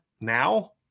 now